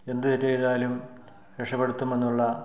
എന്തു തെറ്റു ചെയ്താലും രക്ഷപ്പെടുത്തുമെന്നുള്ള